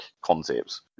concepts